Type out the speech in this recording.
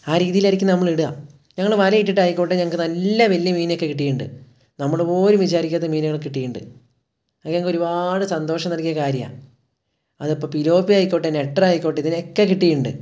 ആ രീതിയിൽ ആയിരിക്കും നമ്മൾ ഇടുക ഞങ്ങൾ വല ഇട്ടിട്ടായിക്കോട്ടെ ഞങ്ങൾക്ക് നല്ല വലിയ മീനിനെയൊക്കെ കിട്ടിയിട്ടുണ്ട് നമ്മൾ പോലും വിചാരിക്കാത്ത മീനുകൾ കിട്ടിയിട്ടുണ്ട് അതൊക്കെ ഞങ്ങൾക്ക് ഒരുപാട് സന്തോഷം നൽകിയ കാര്യമാണ് അതിപ്പം പിലോപ്പി ആയിക്കോട്ടെ നെട്ടർ ആയിക്കോട്ടെ ഇതിനെയൊക്കെ കിട്ടിയിട്ടുണ്ട്